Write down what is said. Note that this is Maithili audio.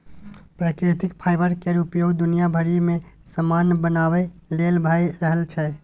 प्राकृतिक फाईबर केर उपयोग दुनिया भरि मे समान बनाबे लेल भए रहल छै